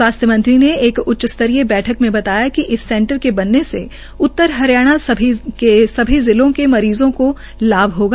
स्वास्थ्य मंत्री ने एक उच्च स्तरीय बैठक में बताया कि इस सेंटर के बनने से उत्तर हरियाणा के सभी जिलों के मरीज़ो को लाभ होगा